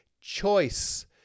choice